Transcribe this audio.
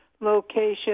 location